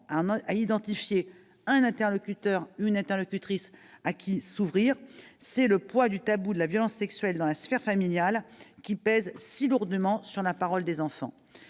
d'identifier un interlocuteur ou une interlocutrice à qui s'ouvrir, le poids du tabou de la violence sexuelle dans la sphère familiale pèse très lourdement sur la parole de ces enfants.